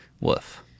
Woof